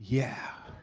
yeah.